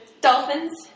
dolphins